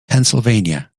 pennsylvania